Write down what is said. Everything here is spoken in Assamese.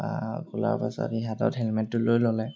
বা খোলাৰ পাছত সি হাতত হেলমেটটো লৈ ল'লে